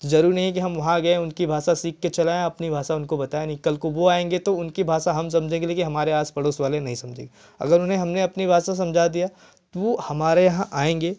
तो ज़रूरी नहीं है कि हम वहाँ गए उनकी भाषा सीखकर चले आए अपनी भाषा उनको बताए नहीं कल को वह आएँगे तो उनकी भाषा हम समझेंगे लेकिन हमारे आस पड़ोस वाले नहीं समझेंगे और जब उन्हें हमने अपनी भाषा समझा दिया तो वह हमारे यहाँ आएँगे